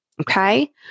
Okay